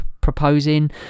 proposing